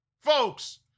folks